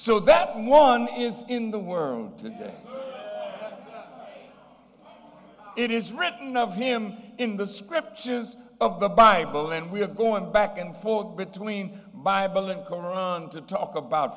so that one is in the world today it is written of him in the scriptures of the bible and we are going back and forth between bible and koran to talk about